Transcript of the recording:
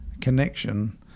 connection